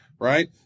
Right